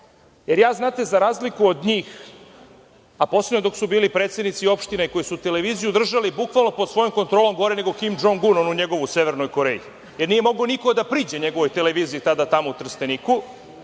drago, jer za razliku od njih, a posebno dok su bili predsednici opštine koji su televiziju držali bukvalno pod svojom kontrolom, gore nego Kim DŽong Un, onu njegovu u Severnoj Koreji, jer nije mogao niko da priđe njegovoj televiziji tada tamo u Trsteniku.